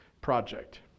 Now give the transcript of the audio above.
project